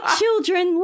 children